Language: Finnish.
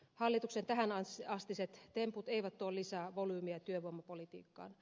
hallituksen tähänastiset temput eivät tuo lisää volyymia työvoimapolitiikkaan